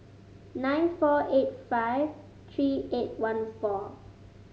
nine four eight five three eight one four